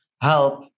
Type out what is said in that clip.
help